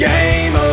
Game